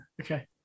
Okay